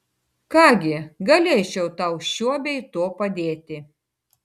ką gi galėčiau tau šiuo bei tuo padėti